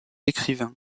écrivain